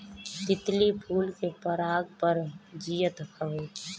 तितली फूल के पराग पर जियत हवे